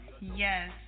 Yes